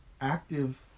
active